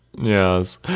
Yes